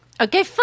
Okay